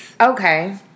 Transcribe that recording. Okay